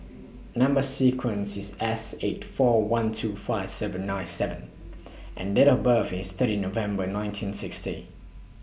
Number sequence IS S eight four one two five seven nine seven and Date of birth IS thirty November nineteen sixty